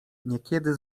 niekiedy